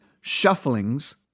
shufflings